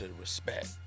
respect